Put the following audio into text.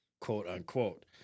quote-unquote